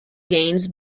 gains